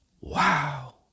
Wow